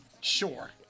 Sure